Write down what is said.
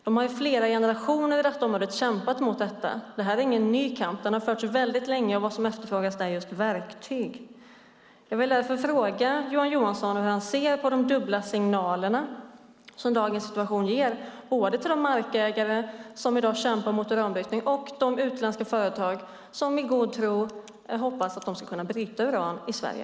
De har i flera generationer kämpat mot detta; det är ingen ny kamp. Den har förts väldigt länge, och vad som efterfrågas är just verktyg. Jag vill därför fråga Johan Johansson hur han ser på de dubbla signalerna som dagens situation ger både till de markägare som i dag kämpar mot uranbrytning och till de utländska företag som i god tro hoppas att de ska kunna bryta uran i Sverige.